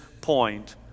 point